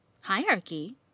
Hierarchy